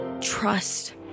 trust